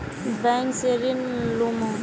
Bank से ऋण लुमू?